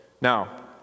Now